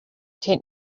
tent